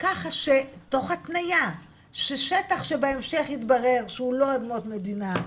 ככה שתוך התניה ששטח שבהמשך יתברר שהוא לא אדמות מדינה,